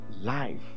life